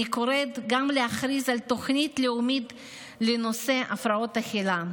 אני קוראת גם להכריז על תוכנית לאומית לנושא הפרעות האכילה.